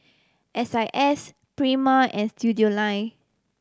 S I S Prima and Studioline